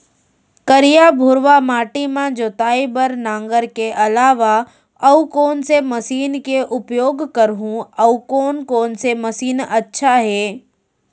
करिया, भुरवा माटी म जोताई बार नांगर के अलावा अऊ कोन से मशीन के उपयोग करहुं अऊ कोन कोन से मशीन अच्छा है?